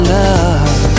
love